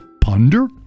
ponder